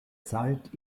zeit